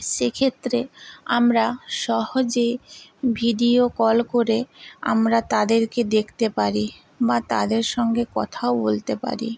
সেক্ষেত্রে আমরা সহজে ভিডিও কল করে আমরা তাদেরকে দেখতে পারি বা তাদের সঙ্গে কথাও বলতে পারি